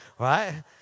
right